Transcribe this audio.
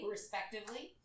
Respectively